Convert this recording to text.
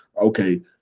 Okay